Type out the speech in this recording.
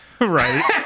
Right